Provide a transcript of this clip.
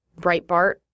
Breitbart